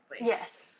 Yes